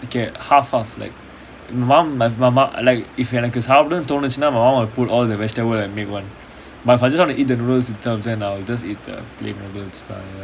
you get half half like mum my mum like if you இப்பஎனக்குசாப்பிடணும்னுதோணுச்சுனா:ipa enaku sapdanumnu thonuchuna my mum will put all the vegetables and make one but if I just want to eat the noodles itself then I will just eat plain noodles ah ya